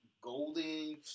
golden